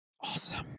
awesome